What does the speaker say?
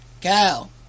Go